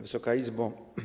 Wysoka Izbo!